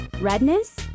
Redness